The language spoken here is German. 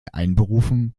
einberufen